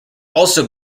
also